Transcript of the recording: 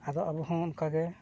ᱟᱫᱚ ᱟᱵᱚ ᱦᱚᱸ ᱚᱱᱠᱟ ᱜᱮ